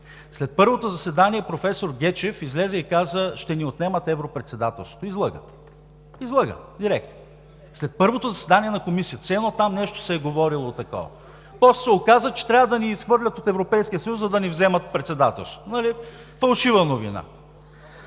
След първото заседание проф. Гечев излезе и каза: „Ще ни отнемат европредседателството“. Излъга. Излъга директно. След първото заседание на Комисията, все едно там нещо такова се е говорило. После се оказа, че трябва да ни изхвърлят от Европейския съюз, за да ни вземат председателството. Фалшива новина.